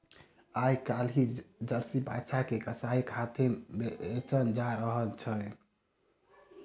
आइ काल्हि जर्सी बाछा के कसाइक हाथेँ बेचल जा रहल छै